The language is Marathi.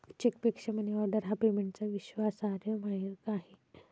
चेकपेक्षा मनीऑर्डर हा पेमेंटचा विश्वासार्ह मार्ग आहे